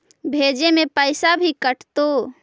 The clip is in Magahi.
भेजे में पैसा भी कटतै?